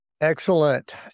Excellent